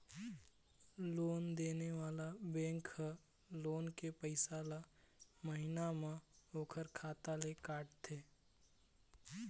loan देने वाला bank ह लोन के पइसा ल महिना म ओखर खाता ले काटथे